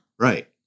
right